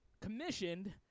commissioned